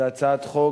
הצעת חוק